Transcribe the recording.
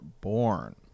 born